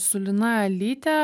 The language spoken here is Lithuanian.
su lina alyte